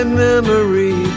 memory